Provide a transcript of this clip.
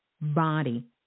body